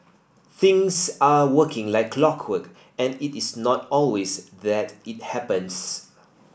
things are working like clockwork and it is not always that it happens